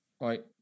right